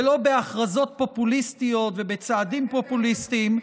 ולא בהכרזות פופוליסטיות ובצעדים פופוליסטיים,